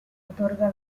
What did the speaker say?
otorga